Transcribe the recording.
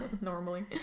normally